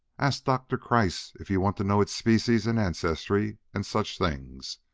ask doctor kreiss if you want to know its species and ancestry and such things.